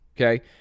okay